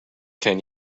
can